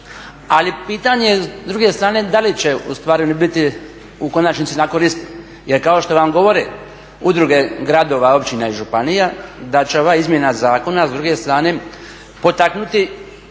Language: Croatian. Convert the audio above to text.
ali pitanje s druge strane da li ustvari oni biti u konačnici …/Govornik se ne razumije./… jer kao što vam govore udruge gradova, općina i županija da će ova izmjena zakona s druge strane potaknuti